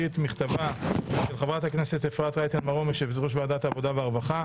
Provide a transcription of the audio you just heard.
הסברתי מספיק ברור, אפשר לא לקבל את